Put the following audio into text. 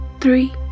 three